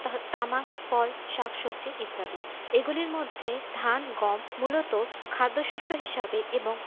তামাক ফল শাকসবজি ইত্যাদি এগুলির মধ্যে ধান গম মূলত খাদ্যশস্য হিসাবে এবং